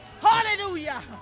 Hallelujah